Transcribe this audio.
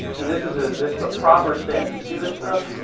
and this is ah this is a proper stance. you see this stuff?